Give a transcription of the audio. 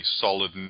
solid